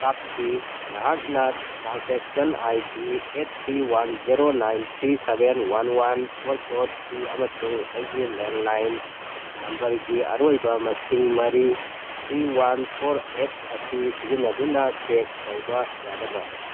ꯀꯥꯞꯈꯤ ꯅꯍꯥꯛꯅ transaction I D eight three one zero nine three seven one one four four three ꯑꯃꯁꯨꯡ ꯑꯩꯒꯤ landline ꯅꯝꯕꯔꯒꯤ ꯑꯔꯣꯏꯕ ꯃꯁꯤꯡ ꯃꯔꯤ ꯊ꯭ꯔꯤ ꯋꯥꯟ ꯐꯣꯔ ꯑꯦꯠ ꯑꯁꯤ ꯁꯤꯖꯤꯟꯅꯗꯨꯅ ꯆꯦꯛ ꯇꯧꯕ ꯌꯥꯒꯗ꯭ꯔ